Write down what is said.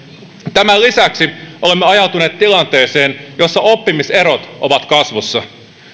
tämän lisäksi olemme ajautuneet tilanteeseen jossa oppimiserot ovat kasvussa